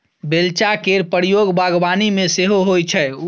बेलचा केर प्रयोग बागबानी मे सेहो होइ छै